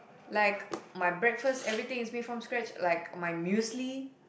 like my breakfast everything is made from scratch like my muesli